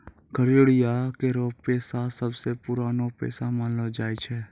गड़ेरिया केरो पेशा सबसें पुरानो पेशा मानलो जाय छै